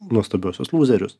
nuostabiuosius lūzerius